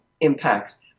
impacts